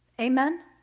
Amen